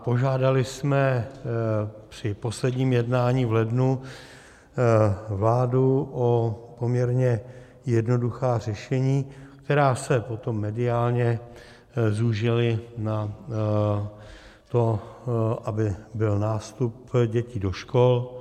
Požádali jsme při posledním jednání v lednu vládu o poměrně jednoduchá řešení, která se potom mediálně zúžila na to, aby byl nástup dětí do škol.